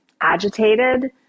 agitated